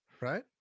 right